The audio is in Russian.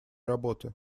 работы